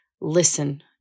listen